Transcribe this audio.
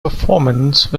performance